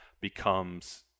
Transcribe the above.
becomes